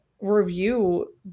review